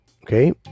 Okay